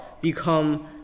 become